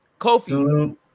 Kofi